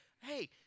hey